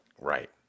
right